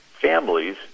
families